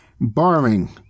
barring